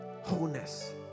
wholeness